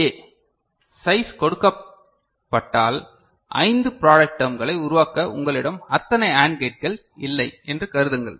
ஏ size கொடுக்கப்பட்டால் ஐந்து திருத்தம் ப்ராடக்ட் டெர்ம்களை உருவாக்க உங்களிடம் அத்தனை AND கேட்கள் இல்லை என்று கருதுங்கள்